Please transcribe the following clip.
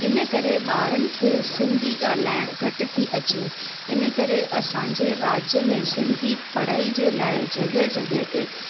इन करे ॿारनि खे सिंधी ॻाल्हाइण घटि थी अचे इन करे असांजे राज्य में सिंधी पढ़ाई जे लाइ जॻह जॻह ते